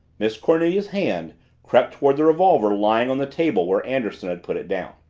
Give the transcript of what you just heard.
miss cornelia's hand crept toward the revolver lying on the table where anderson had put it down.